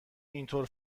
اینطور